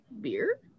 beer